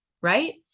right